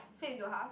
save into half